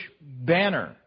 Banner